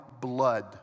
blood